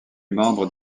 membre